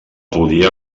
podia